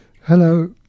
Hello